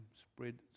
spread